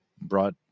brought